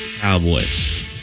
Cowboys